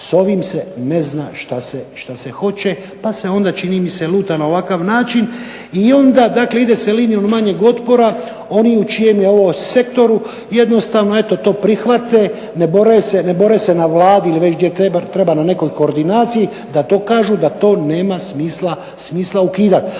S ovim se ne zna šta se hoće, pa se onda čini mi se luta na ovakav način i onda, dakle ide se linijom manjeg otpora. Oni u čijem je ovo sektoru jednostavno eto to prihvate, ne bore se na Vladi ili već gdje treba na nekoj koordinaciji da dokažu da to nema smisla ukidati.